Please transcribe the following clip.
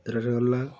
rasgulla